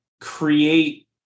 create